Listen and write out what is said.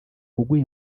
kuguha